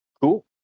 Cool